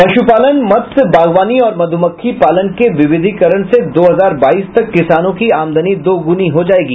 पशुपालन मत्स्य बागवानी और मधुमक्खी पालन के विविधीकरण से दो हजार बाईस तक किसानों की आमदनी दोगुनी हो जायेगी